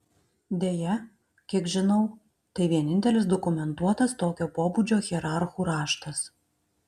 deja kiek žinau tai vienintelis dokumentuotas tokio pobūdžio hierarchų raštas